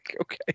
okay